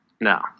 No